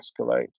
escalate